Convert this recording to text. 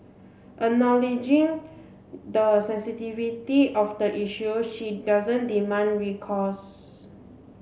acknowledging the sensitivity of the issue she doesn't demand recourse